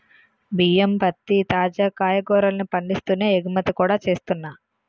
బియ్యం, పత్తి, తాజా కాయగూరల్ని పండిస్తూనే ఎగుమతి కూడా చేస్తున్నా